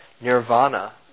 nirvana